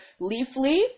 Leafly